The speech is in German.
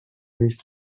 nicht